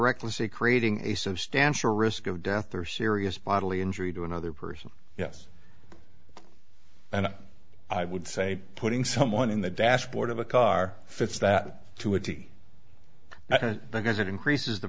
recklessly creating a substantial risk of death or serious bodily injury to another person yes and i would say putting someone in the dashboard of a car fits that to a t now because it increases the